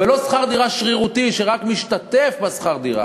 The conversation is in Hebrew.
ולא יהיה שכר דירה שרירותי, שרק משתתף בשכר הדירה.